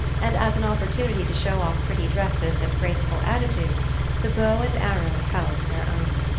and as an opportunity to show off pretty dresses and graceful attitudes the bow and arrow held their own.